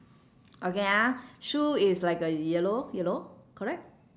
okay ah shoe is like a yellow yellow correct